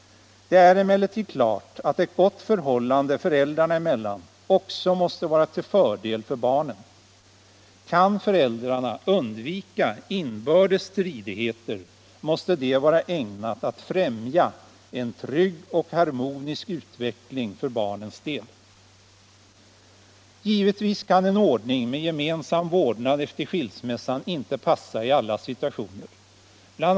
Det är emellertid klart att ett gott förhållande föräldrarna emellan också måste vara till fördel för barnen. Kan föräldrarna undvika inbördes stridigheter måste det vara ägnat att främja en trygg och harmonisk utveckling för barnens del. Givetvis kan en ordning med gemensam vårdnad efter skilsmässa inte passa i alla situationer. BI.